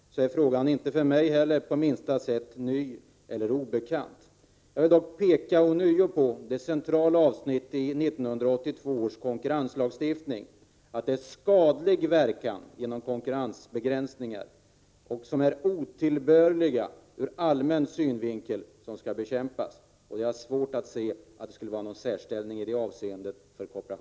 Herr talman! Frågan har utretts i sex år. Eftersom jag var en av utredarna i kooperationsutredningen är frågan inte heller för mig på minsta sätt ny eller obekant. Jag vill dock ånyo peka på det centrala avsnittet i 1982 års konkurrenslagstiftning — det är skadlig verkan av konkurrensbegränsningar och konkurrensbegränsningar som är otillbörliga ur allmän synvinkel som skall bekämpas. Jag har svårt att se att kooperationen skulle inta någon särställning i det avseendet.